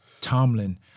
Tomlin